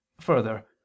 Further